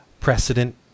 precedent